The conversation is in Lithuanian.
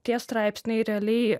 tie straipsniai realiai